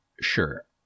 sure